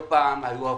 כל פעם היו הבטחות,